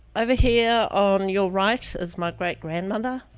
over here on your right is my great-grandmother,